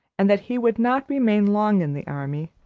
and that he would not remain long in the army,